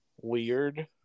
weird